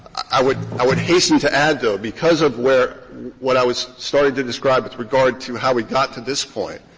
i would i would hasten to add, though, because of where what i was starting to describe with regard to how we got to this point,